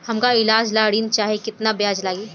हमका ईलाज ला ऋण चाही केतना ब्याज लागी?